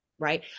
Right